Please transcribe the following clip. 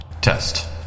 Test